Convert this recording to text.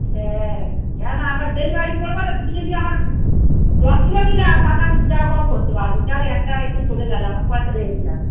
হ্যাঁ কেননা আমার ডেলিভারি করব তো তুমি যদি আমার দশ কিলো নিলে তাতে আমি দু টাকা কম করতে পারব একটা এতে চলে গলে আমার পয়সাটা এসে যাবে